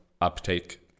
uptake